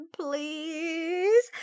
please